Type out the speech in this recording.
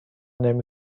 نمی